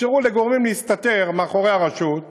אפשרו לגורמים להסתתר מאחורי הרשות,